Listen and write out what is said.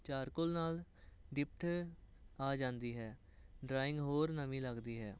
charcoal ਨਾਲ depth ਆ ਜਾਂਦੀ ਹੈ ਡਰਾਇੰਗ ਹੋਰ ਨਵੀਂ ਲੱਗਦੀ ਹੈ